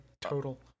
total